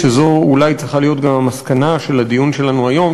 שזו אולי צריכה להיות גם המסקנה של הדיון שלנו היום,